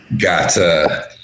got